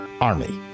Army